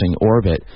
orbit